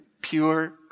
pure